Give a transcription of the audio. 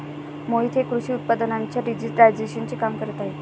मोहित हे कृषी उत्पादनांच्या डिजिटायझेशनचे काम करत आहेत